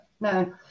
no